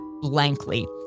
blankly